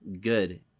good